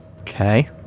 Okay